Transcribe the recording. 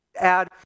Add